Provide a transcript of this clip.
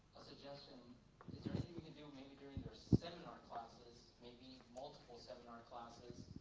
a suggestion is there anything we can do, maybe during their seminar classes, maybe multiple seminar classes,